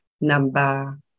number